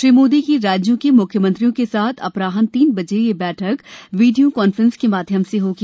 श्री मोदी की राज्यों के म्ख्यमंत्रियों के साथ अपराहन तीन बजे यह बैठक वीडियो कांफ्रेन्स के माध्यम से होगी